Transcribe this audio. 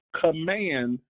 command